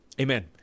amen